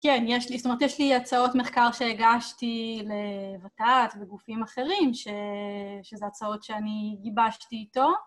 כן, יש לי, זאת אומרת, יש לי הצעות מחקר שהגשתי לות"ת וגופים אחרים, שזה הצעות שאני גיבשתי איתו.